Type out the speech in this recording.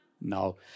No